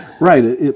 Right